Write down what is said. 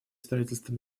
строительства